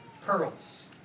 pearls